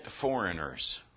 foreigners